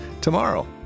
tomorrow